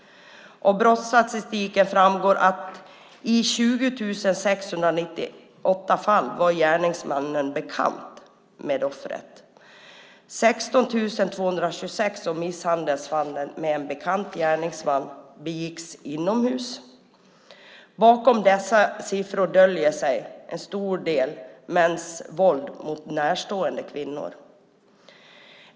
Av brottsstatistiken framgår att gärningsmannen i 20 698 fall var bekant med offret. 16 226 av misshandelsfallen med en bekant gärningsman begicks inomhus. Bakom dessa siffror döljer sig till stor del mäns våld mot närstående kvinnor.